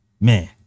Man